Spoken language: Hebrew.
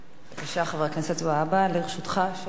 בבקשה, חבר הכנסת והבה, לרשותך שלוש דקות.